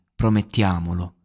promettiamolo